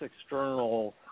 external